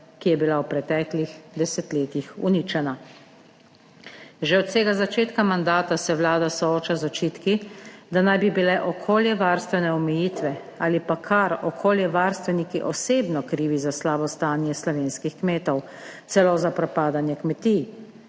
ki je bila v preteklih desetletjih uničena. Že od vsega začetka mandata se Vlada sooča z očitki, da naj bi bile okoljevarstvene omejitve ali pa kar okoljevarstveniki osebno krivi za slabo stanje slovenskih kmetov, celo za propadanje kmetij.